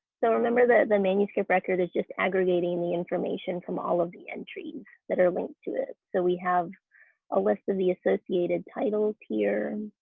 so remember that the manuscript record is just aggregating the information from all of the entries that are linked to it. so we have a list of the associated titles here.